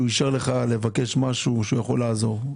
אישר לך לבקש משהו שהוא יכול לעזור.